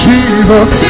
Jesus